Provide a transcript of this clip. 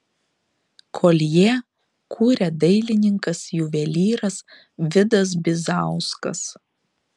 koljė kuria dailininkas juvelyras vidas bizauskas